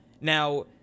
Now